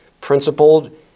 principled